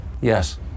Yes